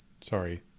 Sorry